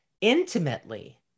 intimately